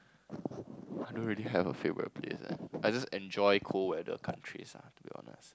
I don't really have a favourite place eh I just enjoy cold weather countries ah to be honest